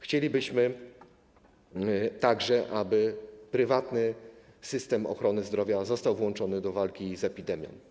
Chcielibyśmy także, aby prywatny system ochrony zdrowia został włączony do walki z epidemią.